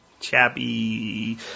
chappy